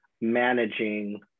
managing